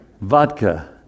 Vodka